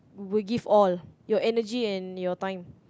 will give all your energy and time